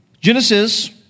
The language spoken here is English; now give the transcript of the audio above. Genesis